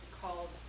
called